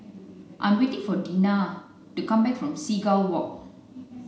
I am waiting for Dinah to come back from Seagull Walk